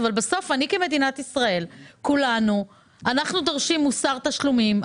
אבל בסוף כולנו כמדינת ישראל דורשים מוסר תשלומים,